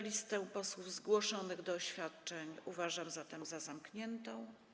Listę posłów zgłoszonych do oświadczeń uważam zatem za zamkniętą.